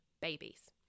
babies